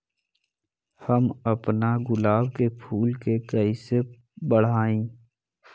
हम अपना गुलाब के फूल के कईसे बढ़ाई?